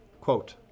quote